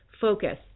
focus